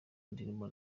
indirimbo